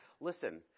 listen